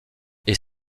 est